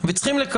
ומצד שני אני בספק